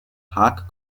park